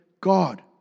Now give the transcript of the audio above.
God